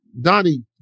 Donnie